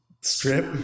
strip